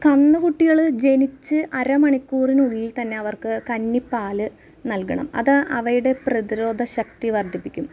കന്നു കുട്ടികൾ ജനിച്ച് അര മണിക്കൂറിനുള്ളിൽ തന്നെ അവർക്ക് കന്നിപ്പാൽ നൽകണം അത് അവയുടെ പ്രതിരോധ ശക്തി വർദ്ധിപ്പിക്കും